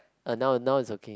uh now now is okay